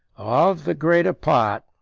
of the greater part,